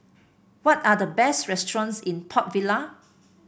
what are the best restaurants in Port Vila